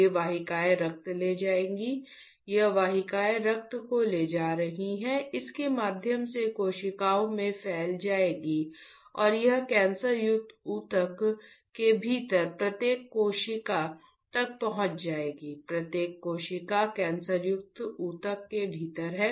ये वाहिकाएँ रक्त ले जाएगी यह वाहिकाएँ रक्त को ले जा रही हैं इसके माध्यम से कोशिकाओं में फैल जाएगी और यह कैंसरयुक्त ऊतक के भीतर प्रत्येक कोशिका तक पहुंच जाएगी प्रत्येक कोशिका कैंसरयुक्त ऊतक के भीतर हैं